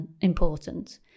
important